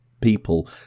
people